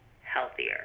healthier